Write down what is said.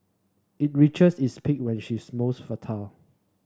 it reaches its peak when she is most fertile